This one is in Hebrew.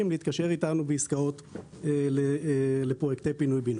להתקשר איתנו בעסקאות לפרויקטים של פינוי-בינוי.